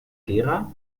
gera